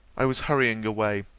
i was hurrying away,